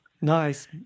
Nice